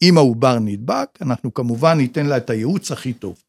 אם האובר נדבק אנחנו כמובן ניתן לה את הייעוץ הכי טוב